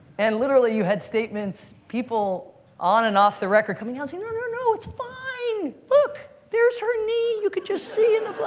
and literally, you had statements, people on and off the record, coming out saying, oh, no, it's fine. look, there's her knee. you could just see in the